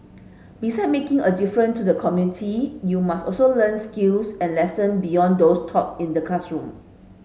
beside making a difference to the community you must also learn skills and lesson beyond those taught in the classroom